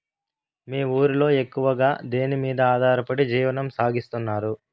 మీ ఊరిలో ఎక్కువగా దేనిమీద ఆధారపడి జీవనం సాగిస్తున్నారు?